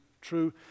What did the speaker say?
true